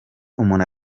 umuntu